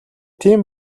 тийм